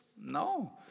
No